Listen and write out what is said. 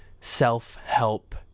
self-help